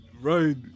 right